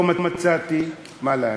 לא מצאתי מה להגיד.